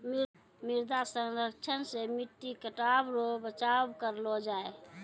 मृदा संरक्षण से मट्टी कटाव रो बचाव करलो जाय